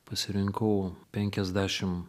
pasirinkau penkiasdešim